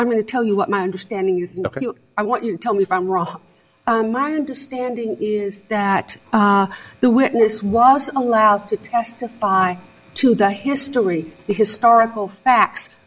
i'm going to tell you what my understanding is i want you to tell me from wrong my understanding is that the witness was allowed to testify to the history historical facts